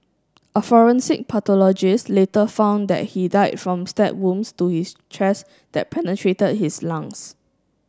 a forensic pathologist later found that he died from stab wounds to his chest that penetrated his lungs